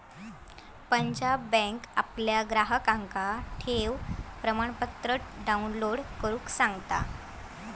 Punjab bank आपल्या ग्राहकांका ठेव प्रमाणपत्र डाउनलोड करुक सांगता